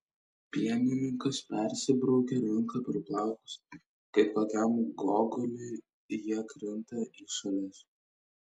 pienininkas persibraukia ranka per plaukus kaip kokiam gogoliui jie krinta į šalis